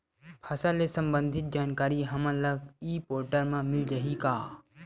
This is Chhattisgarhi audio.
फसल ले सम्बंधित जानकारी हमन ल ई पोर्टल म मिल जाही का?